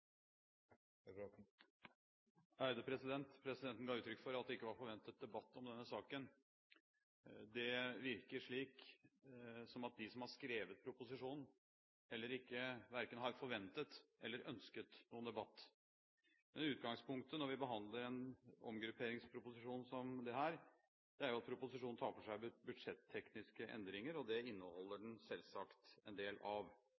i F-35-ambisjonsnivå. Presidenten ga uttrykk for at det ikke var forventet debatt om denne saken. Det virker som om de som har skrevet proposisjonen, heller ikke har forventet eller ønsket noen debatt. Utgangspunktet når vi behandler en omgrupperingsproposisjon som dette, er jo at den tar for seg budsjettekniske endringer. Det inneholder den selvsagt en del av.